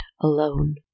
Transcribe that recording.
alone